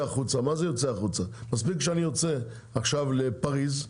החוצה מספיק שאני יוצא עכשיו לפריז,